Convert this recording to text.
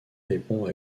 répond